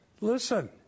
listen